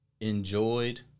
enjoyed